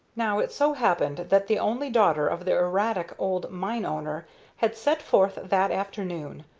now it so happened that the only daughter of the erratic old mine-owner had set forth that afternoon,